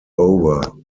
over